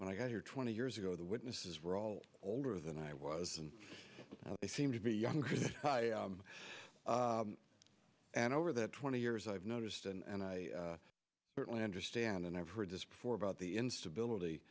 when i got here twenty years ago the witnesses were all older than i was and it seemed to be younger and over that twenty years i've noticed and i certainly understand and i've heard this before about the instability